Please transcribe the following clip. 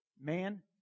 man